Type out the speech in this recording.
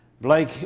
Blake